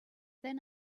then